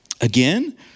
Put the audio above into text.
again